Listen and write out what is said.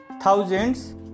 thousands